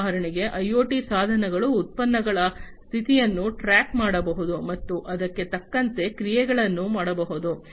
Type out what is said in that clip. ಉದಾಹರಣೆಗೆ ಐಒಟಿ ಸಾಧನಗಳು ಉತ್ಪನ್ನಗಳ ಸ್ಥಿತಿಯನ್ನು ಟ್ರ್ಯಾಕ್ ಮಾಡಬಹುದು ಮತ್ತು ಅದಕ್ಕೆ ತಕ್ಕಂತೆ ಕ್ರಿಯೆಗಳನ್ನು ಮಾಡಬಹುದು